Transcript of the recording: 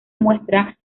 muestra